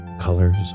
Colors